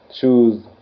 choose